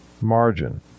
margin